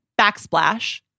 backsplash